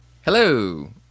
hello